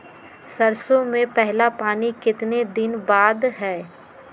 सरसों में पहला पानी कितने दिन बाद है?